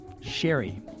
Sherry